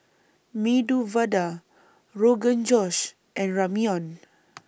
Medu Vada Rogan Josh and Ramyeon